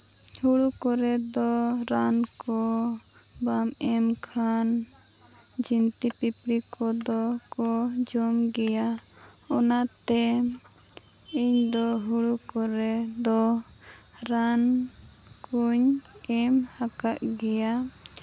ᱦᱩᱲᱩ ᱠᱚᱨᱮ ᱫᱚ ᱨᱟᱱ ᱠᱚ ᱵᱟᱢ ᱮᱢᱠᱷᱟᱱ ᱡᱤᱱᱛᱤᱼᱯᱤᱯᱲᱤ ᱠᱚᱫᱚ ᱠᱚ ᱡᱚᱢ ᱜᱮᱭᱟ ᱚᱱᱟᱛᱮ ᱤᱧᱫᱚ ᱦᱩᱲᱩ ᱠᱚᱨᱮ ᱫᱚ ᱨᱟᱱ ᱠᱩᱧ ᱮᱢ ᱟᱠᱟᱫ ᱜᱮᱭᱟ